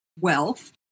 wealth